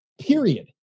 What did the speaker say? period